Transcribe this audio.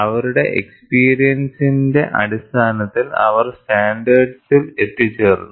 അവരുടെ എക്സ്പീരിയൻസിന്റെ അടിസ്ഥാനത്തിൽ അവർ സ്റ്റാൻഡേർഡ്സിൽ എത്തിചേർന്നു